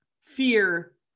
fear